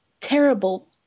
terrible